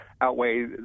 outweigh